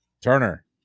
Turner